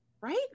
right